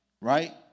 Right